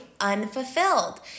unfulfilled